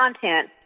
content